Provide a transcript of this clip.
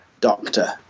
doctor